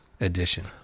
edition